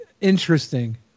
interesting